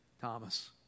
Thomas